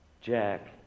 Jack